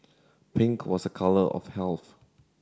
pink was a colour of health